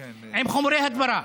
עם חומרי הדברה.